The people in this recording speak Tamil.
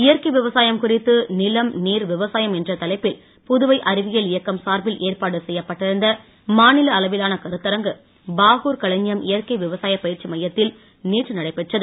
இயற்கை விவசாயம் குறித்து நிலம் நீர் விவசாயம் என்ற தலைப்பில் புதுவை அறிவியல் இயக்கம் சார்பில் ஏற்பாடு செய்யப்பட்டிருந்த மாநில அளவிலான கருத்தரங்கு பாகூர் களஞ்சியம் இயற்கை விவசாய பயிற்சி மையத்தில் நேற்று நடைபெற்றது